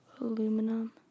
aluminum